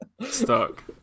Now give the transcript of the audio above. stuck